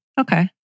Okay